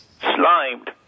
Slimed